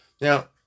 Now